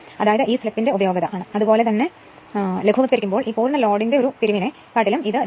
അതായത് ഇത് സ്ലിപ്പിന്റെ ഉപയോഗത ആണ് അതുപോലെ തന്നെ ലഘുവത്കരിക്കുമ്പോൾ ഇത് മുഴുവൻ ലോഡിന്റെ തിരിവിനെ കാട്ടിലും 2